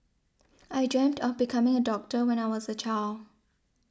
I dreamt of becoming a doctor when I was a child